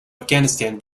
afghanistan